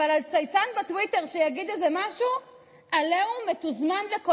על חשבון שבעה או לוויה או ביקור מפונים.